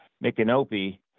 Micanopy